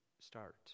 start